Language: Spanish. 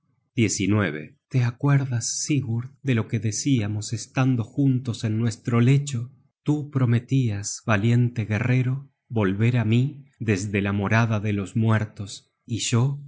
at te acuerdas sigurd de lo que nos decíamos estando juntos en nuestro lecho tú prometias valiente guerrero volver á mí desde la morada de los muertos y yo